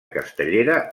castellera